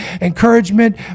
encouragement